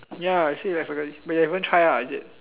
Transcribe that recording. ya actually regularly but you haven't try lah is it